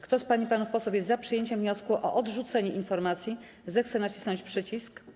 Kto z pań i panów posłów jest za przyjęciem wniosku o odrzucenie informacji, zechce nacisnąć przycisk.